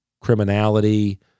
criminality